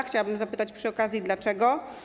Chciałabym zapytać przy okazji: dlaczego?